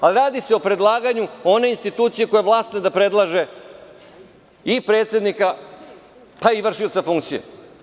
Ali, radi se o predlaganju one institucije koja predlaže i predsednika, pa i vršioca funkcije.